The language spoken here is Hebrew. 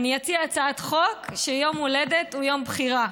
אני אציע הצעת חוק שיום הולדת הוא יום בחירה,